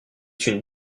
une